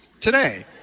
today